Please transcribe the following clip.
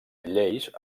lleis